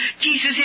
Jesus